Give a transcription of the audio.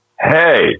Hey